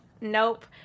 Nope